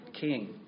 king